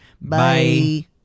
Bye